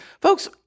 folks